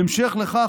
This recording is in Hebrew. בהמשך לכך,